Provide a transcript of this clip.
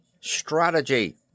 strategy